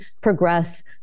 progress